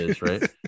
right